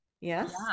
Yes